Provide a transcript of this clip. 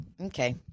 Okay